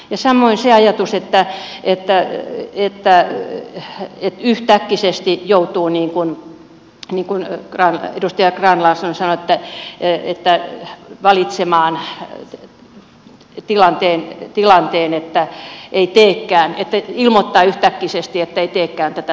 samoin syntyy se ajatus että yhtäkkisesti joutuu niin kuin edustaja grahn laasonen sanoi valitsemaan tilanteen että ei teekään että ilmoittaa yhtäkkisesti että ei teekään tätä toimenpidettä